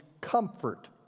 comfort